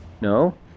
No